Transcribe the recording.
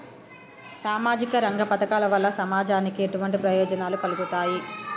సామాజిక రంగ పథకాల వల్ల సమాజానికి ఎటువంటి ప్రయోజనాలు కలుగుతాయి?